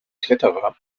kletterer